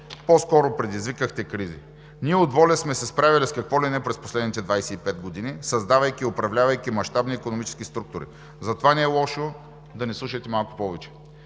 По-скоро предизвикахте кризи. Ние от ВОЛЯ сме се справяли с какво ли не през последните 25 години, създавайки и управлявайки мащабни икономически структури. Затова не е лошо да ни слушате малко повече.